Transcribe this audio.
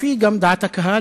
כפי שגם דעת הקהל,